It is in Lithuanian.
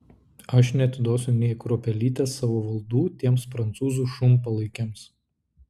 aš neatiduosiu nė kruopelytės savo valdų tiems prancūzų šunpalaikiams